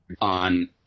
on